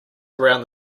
around